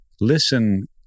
listen